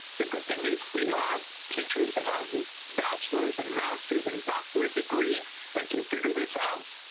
the good thing is we have teachers that have bachelors and masters and doctorate degrees that can figure this out.